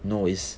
noise